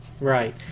Right